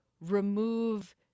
remove